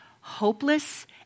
hopeless